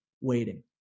waiting